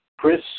Chris